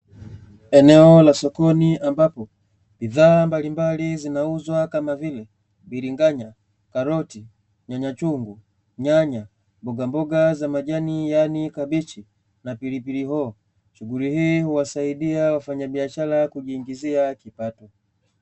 Eneo la sokoni ambapo bidhaa mbalimbali zinauzwa kama bilinganya, karoti, nyanyahungu na mboga mboga za majani yaani kabichi na pilipili hoho shughuli hii uwasaidie wafanyabiashara kujiingizia kipato.